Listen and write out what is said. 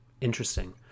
Interesting